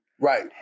Right